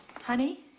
Honey